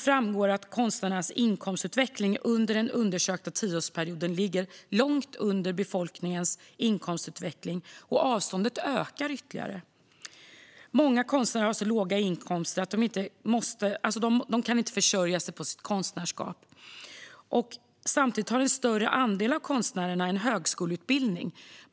Framgår att konstnärernas inkomstutveckling under den undersökta tioårsperioden ligger långt under befolkningens inkomstutveckling, och avståndet ökar ytterligare. Många konstnärer har så låga inkomster att de inte kan försörja sig på sitt konstnärskap. Samtidigt har en stor andel av konstnärerna en högskoleutbildning.